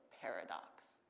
paradox